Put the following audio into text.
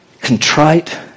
contrite